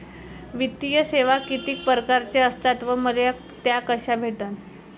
वित्तीय सेवा कितीक परकारच्या असतात व मले त्या कशा भेटन?